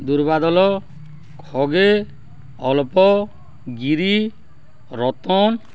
ଦୁର୍ବାଦଲ ଖଗେ ଅଳ୍ପ ଗିରି ରତନ